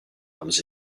comes